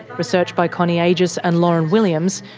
research by connie agius and lauren williams.